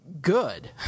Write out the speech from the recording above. good